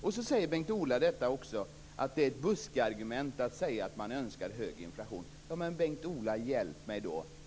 Sedan säger Bengt-Ola Ryttar att det är ett buskargument att säga att man önskar hög inflation. Men, Bengt-Ola, hjälp mig då!